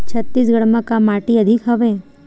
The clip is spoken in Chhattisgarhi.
छत्तीसगढ़ म का माटी अधिक हवे?